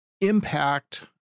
impact